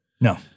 No